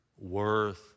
worth